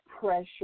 pressure